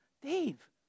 Dave